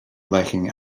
lacking